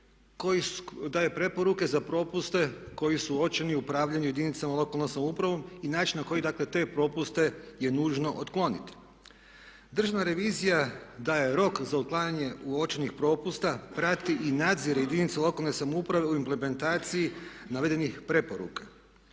daje preporuke za propuste koji su uočeni u upravljanju jedinicama lokalne samouprave i način na koji dakle te propuste je nužno otkloniti. Državna revizija daje rok za uklanjanje uočenih propusta, prati i nadzire jedinice lokalne samouprave u implementaciji navedenih preporuka.